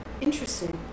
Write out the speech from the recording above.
Interesting